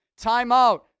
Timeout